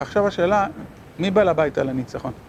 עכשיו השאלה, מי בעל הבית על הניצחון?